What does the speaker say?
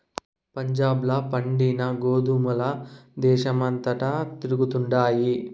పంజాబ్ ల పండిన గోధుమల దేశమంతటా తిరుగుతండాయి